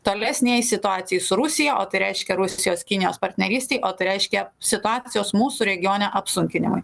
tolesnei situacijai su rusija o tai reiškia rusijos kinijos partnerystei o tai reiškia situacijos mūsų regione apsunkinimai